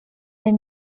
les